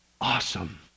awesome